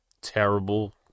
terrible